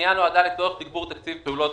הפנייה נועדה לצורך תגבור תקציב פעולות